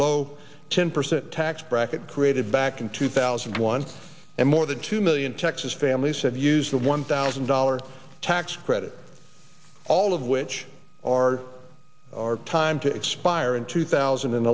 low ten percent tax bracket created back in two thousand and one and more than two million texas families have used the one thousand dollars tax credit all of which are time to expire in two thousand and